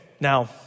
now